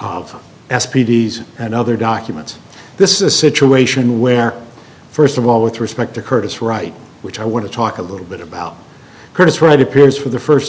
of s p d and other documents this is a situation where first of all with respect to curtis right which i want to talk a little bit about curtis wright appears for the first